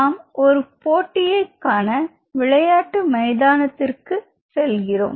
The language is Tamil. நாம் ஒரு போட்டியை காண விளையாட்டு மைதானத்திற்கு செல்கிறோம்